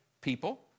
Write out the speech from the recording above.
people